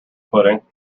pudding